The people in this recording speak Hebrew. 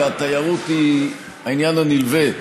והתיירות היא העניין הנלווה,